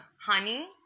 honey